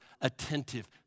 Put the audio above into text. attentive